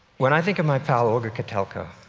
when i think of my pal olga kotelko,